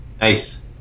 Nice